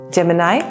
Gemini